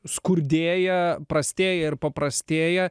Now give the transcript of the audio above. skurdėja prastėja ir paprastėja